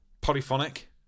Polyphonic